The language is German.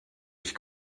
ich